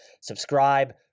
Subscribe